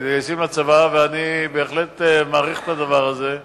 אני בהחלט מעריך את הדבר הזה.